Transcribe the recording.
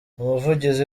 umuvugizi